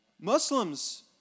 Muslims